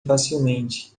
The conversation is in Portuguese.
facilmente